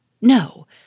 No